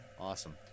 Awesome